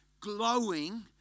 glowing